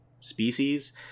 species